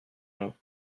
hamon